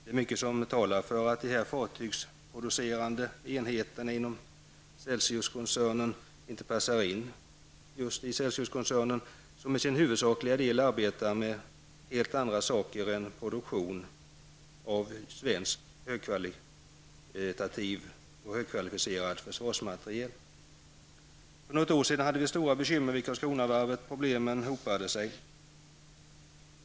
Mycket talar för att de fartygsproducerande enheterna inom Celsiuskoncernen inte passar in där, eftersom koncernen till huvudsaklig del arbetar med helt andra saker än produktion av svensk högkvalitativ och högkvalificerad försvarsmateriel. För något år sedan hade vi stora bekymmer med Karlskronavarvet, och problemen hopade sig.